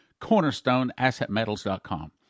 CornerstoneAssetMetals.com